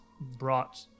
brought